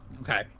okay